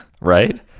Right